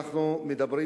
אנחנו מדברים,